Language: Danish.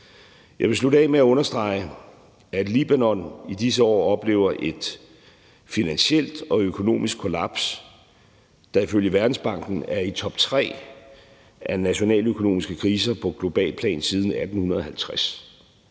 Jeg vil slutte af med at understrege, at Libanon i disse år oplever et finansielt og økonomisk kollaps, der ifølge Verdensbanken er i top tre over nationaløkonomiske kriser på globalt plan siden 1850.